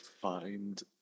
find